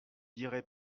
dirai